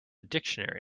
dictionary